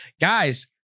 guys